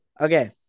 Okay